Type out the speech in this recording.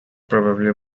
probably